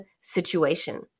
situation